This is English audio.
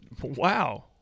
Wow